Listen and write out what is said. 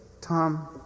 Tom